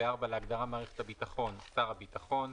(2) ו-(4) להגדרה "מערכת הביטחון" שר הביטחון.